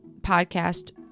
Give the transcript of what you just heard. podcast